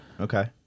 okay